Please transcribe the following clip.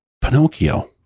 Pinocchio